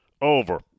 over